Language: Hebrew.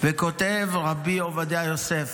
וכותב רבי עובדיה יוסף,